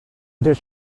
there